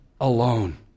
alone